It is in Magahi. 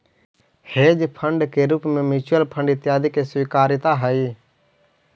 हेज फंड के रूप में म्यूच्यूअल फंड इत्यादि के स्वीकार्यता हई